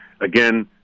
Again